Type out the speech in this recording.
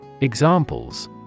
Examples